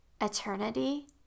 eternity